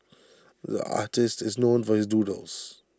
the artist is known for his doodles